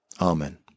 Amen